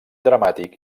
dramàtic